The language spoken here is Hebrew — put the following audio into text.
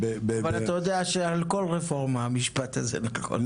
אבל אתה יודע שעל כל רפורמה המשפט הזה נכון.